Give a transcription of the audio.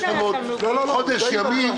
יש לנו עוד חודש ימים.